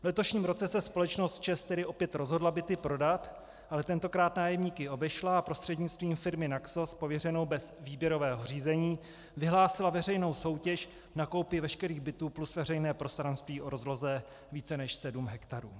V letošním roce se společnost ČEZ tedy opět rozhodla byty prodat, ale tentokrát nájemníky obešla a prostřednictvím firmy Naxos pověřené bez výběrového řízení vyhlásila veřejnou soutěž na koupi veškerých bytů plus veřejné prostranství o rozloze více než sedm hektarů.